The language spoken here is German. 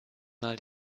mal